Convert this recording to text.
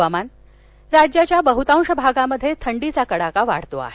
हवामान राज्याच्या बहतांश भागामध्ये थंडीचा कडाका वाढतो आहे